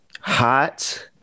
hot